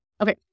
okay